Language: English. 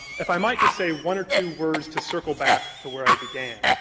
if i might just say one or two words to circle back to where i began,